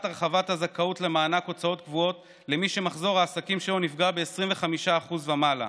הרחבת הזכאות למענק הוצאות קבועות למי שמחזור העסקים שלו נפגע ב-25% ומעלה,